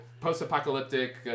post-apocalyptic